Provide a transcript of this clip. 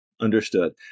Understood